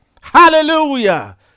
Hallelujah